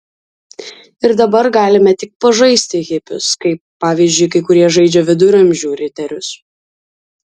ir dabar galime tik pažaisti hipius kaip pavyzdžiui kai kurie žaidžia viduramžių riterius